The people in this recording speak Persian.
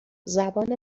زبان